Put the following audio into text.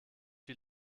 die